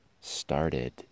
started